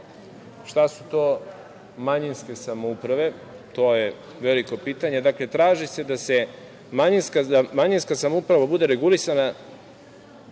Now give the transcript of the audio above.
su to manjinske samouprave? To je veliko pitanje. Dakle, traži se da manjinska samouprava bude regulisana